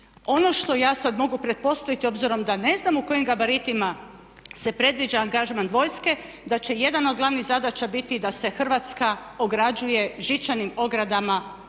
Ono što ja sad mogu pretpostaviti obzirom da ne znam u kojim gabaritima se predviđa angažman vojske, da će jedna od glavnih zadaća biti da se Hrvatska ograđuje žičanim ogradama,